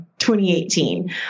2018